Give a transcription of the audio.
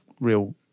real